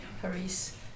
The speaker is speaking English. Paris